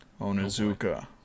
Onizuka